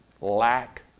lack